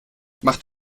macht